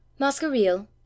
Masqueril